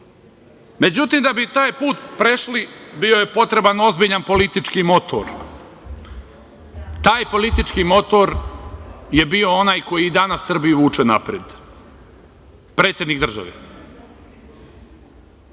da bi taj put prešli bio je potreban ozbiljan politički motor. Taj politički motor je bio onaj koji danas Srbiju vuče napred, predsednik države. Mi